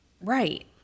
Right